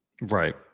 Right